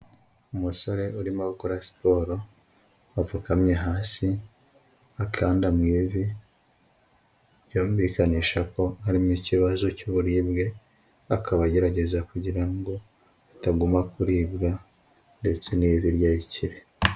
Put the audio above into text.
Umusore urimo gukora siporo apfukamye hasi, akanda mu ivi yumvikanisha ko harimo kibazo cy'uburibwe, akaba agerageza kugira ngo ataguma kuribwa, ndetse n'ivi rye rikire.